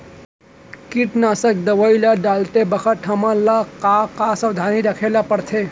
कीटनाशक दवई ल डालते बखत हमन ल का का सावधानी रखें ल पड़थे?